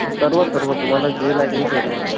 सर्व सर्व तुम्हाला जे लागेल ते आहे